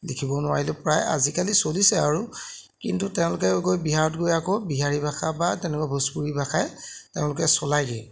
লিখিব নোৱাৰিলেও প্ৰায় আজিকালি চলিছে আৰু কিন্তু তেওঁলোকে গৈ বিহাৰত গৈ আকৌ বিহাৰী ভাষা বা তেনেকুৱা ভোজপুৰী ভাষাই তেওঁলোকে চলাইগৈ